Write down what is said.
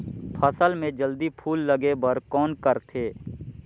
फसल मे जल्दी फूल लगे बर कौन करथे?